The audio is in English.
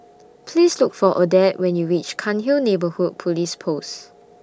Please Look For Odette when YOU REACH Cairnhill Neighbourhood Police Post